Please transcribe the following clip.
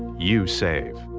you save.